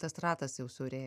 tas ratas jau siaurėja